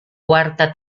cuarta